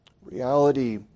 Reality